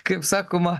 kaip sakoma